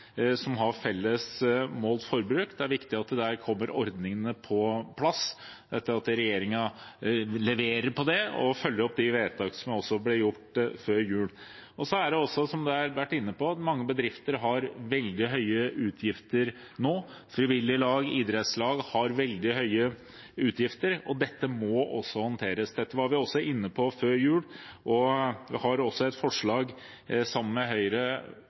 at regjeringen leverer på det og følger opp de vedtakene som ble gjort før jul. Det er også slik, som man har vært inne på, at mange bedrifter har veldig høye utgifter nå. Frivillige lag og idrettslag har veldig høye utgifter, og dette må også håndteres. Det var vi også inne på før jul, og vi har i denne saken et forslag sammen med Høyre